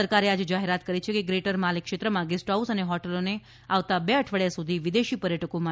સરકારે આજે જાહેરાત કરી છે કે ગ્રેટર માલે ક્ષેત્રમાં ગેસ્ટહાઉસ અને હોટલોને આવતા બે અઠવાડિયા સુધી વિદેશી પર્યટકો માટે બંધ કરવામાં આવે